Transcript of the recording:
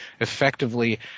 effectively